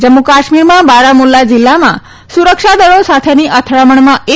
જમ્મુ કાશ્મીરમાં બારામુલ્લા જિલ્લામાં સુરક્ષાદળો સાથેની અથડામણમાં એક